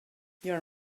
your